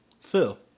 Phil